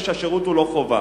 ושהשירות הוא לא חובה.